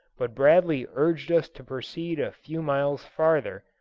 but bradley urged us to proceed a few miles farther,